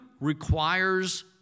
requires